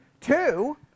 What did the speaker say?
Two